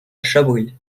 chabris